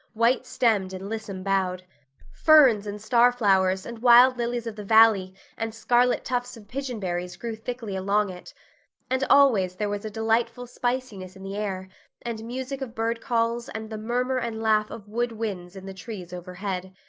white stemmed and lissom boughed ferns and starflowers and wild lilies-of-the-valley and scarlet tufts of pigeonberries grew thickly along it and always there was a delightful spiciness in the air and music of bird calls and the murmur and laugh of wood winds in the trees overhead.